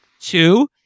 Two